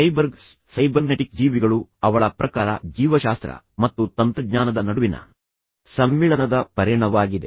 cyborgs cybernetic ಜೀವಿಗಳು ಅವಳ ಪ್ರಕಾರ ಜೀವಶಾಸ್ತ್ರ ಮತ್ತು ತಂತ್ರಜ್ಞಾನದ ನಡುವಿನ ಸಮ್ಮಿಳನದ ಪರಿಣಾವಾಗಿದೆ